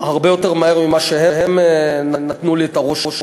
הרבה יותר מהר מכפי שהם נתנו לי את הרושם,